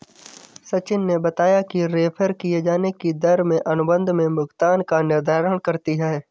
सचिन ने बताया कि रेफेर किये जाने की दर में अनुबंध में भुगतान का निर्धारण करती है